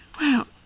wow